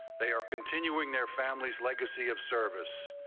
they are continuing their family's legacy of service,